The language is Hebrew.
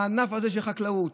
הענף הזה של חקלאות,